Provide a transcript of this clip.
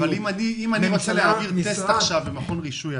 אבל אם אני רוצה להעביר טסט במכון רישוי,